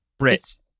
Brits